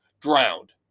drowned